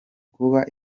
kuba